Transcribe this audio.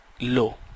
low